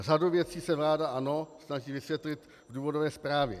Řadu věcí se vláda, ano, snaží vysvětlit v důvodové zprávě.